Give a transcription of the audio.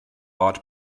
ort